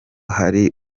hari